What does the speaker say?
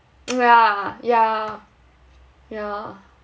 yeah yeah yeah